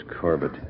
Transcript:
Corbett